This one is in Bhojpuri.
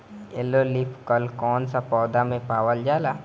येलो लीफ कल कौन सा पौधा में पावल जाला?